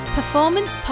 Performance